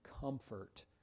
comfort